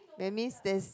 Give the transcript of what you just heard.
that means there's